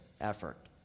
effort